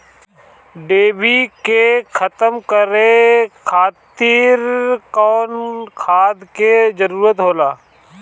डिभी के खत्म करे खातीर कउन खाद के जरूरत होला?